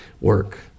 work